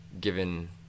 given